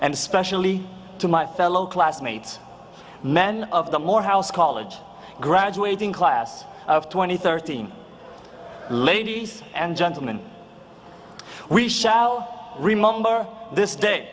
and especially to my fellow classmates men of the morehouse college graduating class of twenty thirteen ladies and gentlemen we shall remember this day